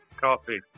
Coffee